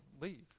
leave